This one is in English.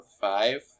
five